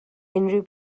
unrhyw